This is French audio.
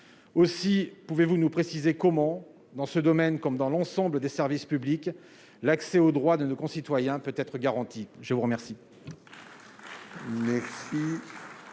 aussi, pouvez-vous nous préciser comment, dans ce domaine comme dans l'ensemble des services publics, l'accès au droit de nos concitoyens peut être garanti, je vous remercie.